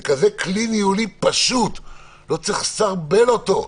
זה כלי ניהולי פשוט, לא צריך לסרבל אותו.